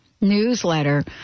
newsletter